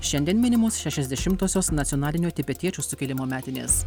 šiandien minimos šešiasdešimtosios nacionalinio tibetiečių sukilimo metinės